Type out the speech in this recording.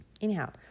Anyhow